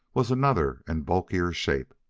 was another and bulkier shape.